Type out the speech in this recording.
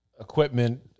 equipment